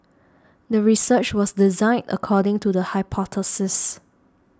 the research was designed according to the hypothesis